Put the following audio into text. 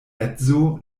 edzo